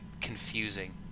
Confusing